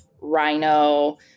rhino